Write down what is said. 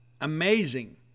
Amazing